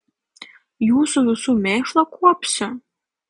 jūsų visų mėšlą kuopsiu